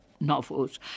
novels